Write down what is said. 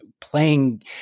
playing